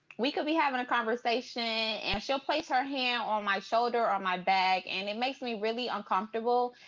we could be having a conversation and she'll place her hand on my shoulder or my back. and it makes me really uncomfortable,